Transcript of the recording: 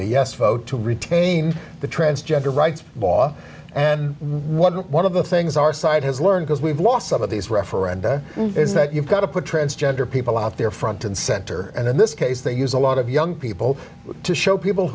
a yes vote to retain the transgender rights law and what one of the things our side has learned is we've lost some of these referee is that you've got to put transgender people out there front and center and in this case they use a lot of young people to show people